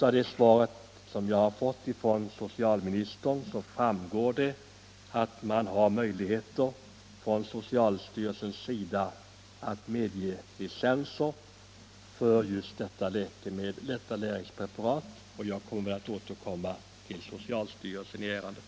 Av det svar som jag har fått från socialministern framgår att socialstyrelsen har möjlighet att medge licenser för bl.a. just detta näringspreparat. Jag skall därför vända mig till socialstyrelsen i ärendet.